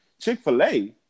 Chick-fil-A